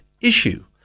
issue